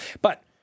But-